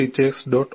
4teachers